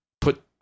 put